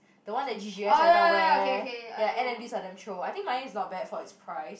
the one that G_G_S everytime wear ya N_M_Ds are damn chio I think mine is not bad for its price